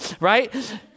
right